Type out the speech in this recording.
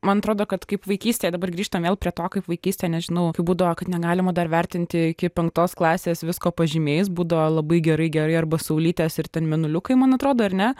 man atrodo kad kaip vaikystėje dabar grįžtam vėl prie to kaip vaikystėje nežinau kaip būdavo kad negalima dar vertinti iki penktos klasės visko pažymiais būdavo labai gerai gerai arba saulytės ir ten mėnuliukai man atrodo ar ne